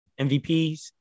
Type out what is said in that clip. MVPs